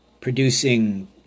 producing